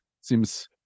seems